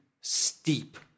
steep